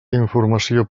informació